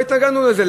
לא התנגדנו לזה.